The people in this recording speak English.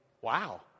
wow